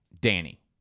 Danny